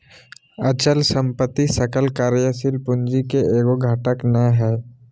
अचल संपत्ति सकल कार्यशील पूंजी के एगो घटक नै हइ